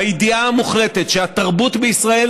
בידיעה המוחלטת שהתרבות בישראל,